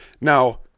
Now